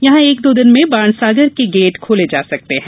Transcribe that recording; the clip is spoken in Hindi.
यहां एक दो दिन में बांणसागर के गेट खोले जा सकते है